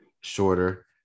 shorter